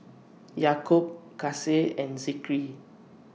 Yaakob Kasih and Zikri